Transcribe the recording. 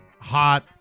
hot